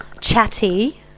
Chatty